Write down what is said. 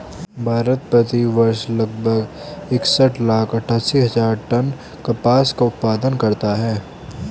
भारत, प्रति वर्ष लगभग इकसठ लाख अट्टठासी हजार टन कपास का उत्पादन करता है